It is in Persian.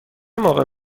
موقع